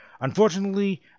Unfortunately